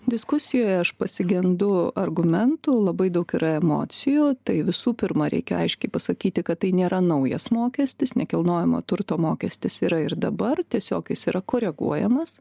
diskusijoje aš pasigendu argumentų labai daug yra emocijų tai visų pirma reikia aiškiai pasakyti kad tai nėra naujas mokestis nekilnojamo turto mokestis yra ir dabar tiesiog jis yra koreguojamas